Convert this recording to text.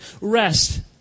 rest